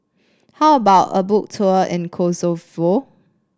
how about a Boat Tour in Kosovo